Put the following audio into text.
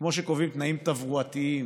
כמו שקובעים תנאים תברואתיים,